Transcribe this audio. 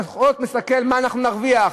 פחות מסתכלים מה אנחנו נרוויח.